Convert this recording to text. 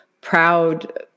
proud